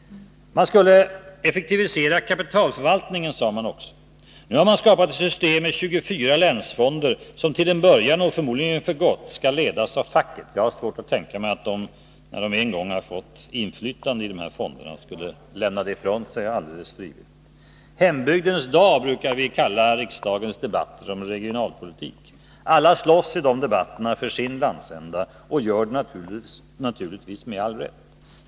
Man skulle effektivisera kapitalförvaltningen, sade man också. Nu har man skapat, och vill införa, ett system med 24 länsfonder, som till en början — och förmodligen för gott — skall ledas av facket. Jag har svårt att tänka mig att facket, när det en gång fått inflytande i de här fonderna, skulle lämna det från sig frivilligt. ”Hembygdens dag” brukar vi kalla riksdagens debatter om regionalpolitik. Alla slåss i de debatterna för sin landsända, och gör det naturligtvis med all rätt.